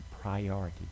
priority